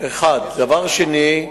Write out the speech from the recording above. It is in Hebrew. דבר שני,